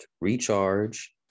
recharge